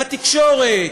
בתקשורת,